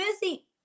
busy